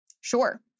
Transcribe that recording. Sure